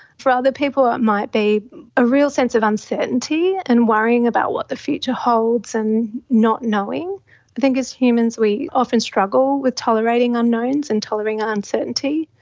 for other people it might be a real sense of uncertainty and worrying about what the future holds and not knowing. i think as humans we often struggle with tolerating unknowns and tolerating ah uncertainty.